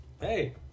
Hey